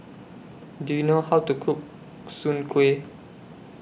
Do YOU know How to Cook Soon Kway